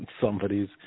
somebody's